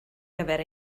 gyfer